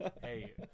hey